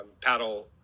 paddle